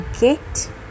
get